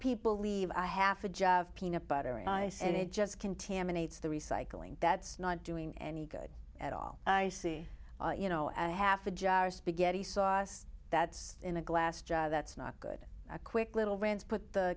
people leave a half a job of peanut butter and ice and it just contaminates the recycling that's not doing any good at all i see you know half a jar spaghetti sauce that's in a glass jar that's not good a quick little rants put the